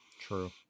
True